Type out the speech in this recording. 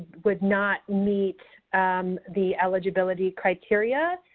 would not meet the eligibility criteria,